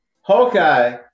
Hawkeye